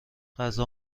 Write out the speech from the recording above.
غذا